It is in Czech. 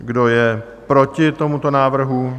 Kdo je proti tomuto návrhu?